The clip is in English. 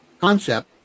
concept